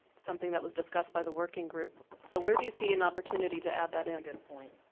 something that was discussed by the working group. so where do you see an opportunity to add that in? a good point.